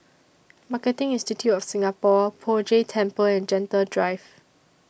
Marketing Institute of Singapore Poh Jay Temple and Gentle Drive